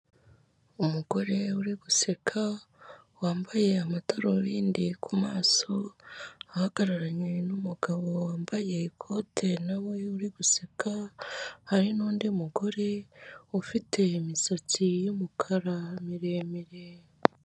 Umugore uri guseka wambaye amadarubindi ku maso, ahagararanye n'umugabo wambaye ikote na we uri guseka, hari n'undi mugore ufite imisatsi y'umukara miremire.